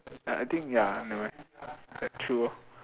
ya I think ya never mind like true lor